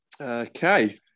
Okay